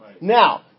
Now